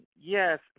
yes